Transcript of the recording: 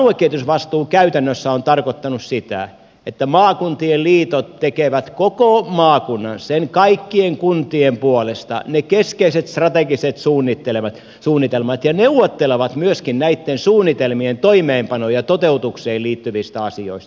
tämä aluekehitysvastuu käytännössä on tarkoittanut sitä että maakuntien liitot tekevät koko maakunnan sen kaikkien kuntien puolesta ne keskeiset strategiset suunnitelmat ja neuvottelevat myöskin näitten suunnitelmien toimeenpanoon ja toteutukseen liittyvistä asioista